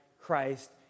Christ